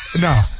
No